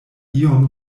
iom